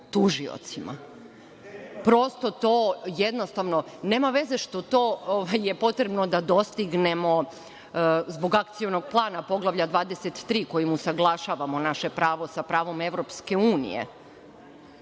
tužiocima. Prosto to jednostavno nema veze što je to potrebno da postignemo zbog akcionog plana, poglavlja 23, kojim usaglašavamo naše pravo sa pravom EU, potrebno je